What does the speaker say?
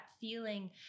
feeling